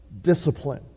discipline